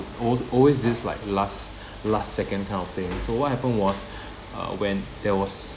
always always this like last last second kind of thing so what happened was uh when there was